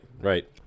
right